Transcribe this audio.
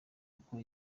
uko